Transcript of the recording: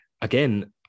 again